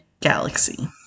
galaxy